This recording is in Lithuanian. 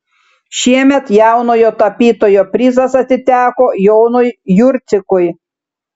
šiemet jaunojo tapytojo prizas atiteko jonui jurcikui